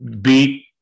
beat